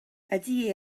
ydy